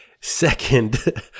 Second